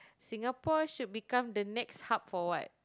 Singapore should become the next hub for what